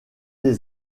des